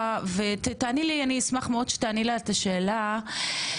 ואשמח מאוד שתעני על השאלה הבאה: